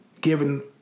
given